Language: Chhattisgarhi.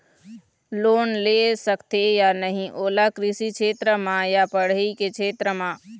लोन ले सकथे या नहीं ओला कृषि क्षेत्र मा या पढ़ई के क्षेत्र मा?